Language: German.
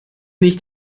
nicht